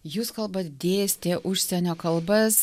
jūs kalbat dėstė užsienio kalbas